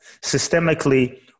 systemically